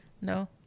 No